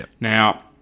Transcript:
Now